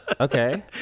okay